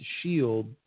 shield